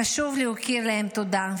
חשוב להכיר להם תודה,